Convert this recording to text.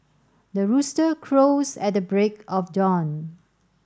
the rooster crows at the break of dawn